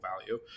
value